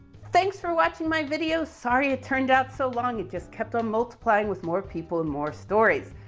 thanks for watching my video. sorry, it turned out so long. it just kept on multiplying with more people and more stories.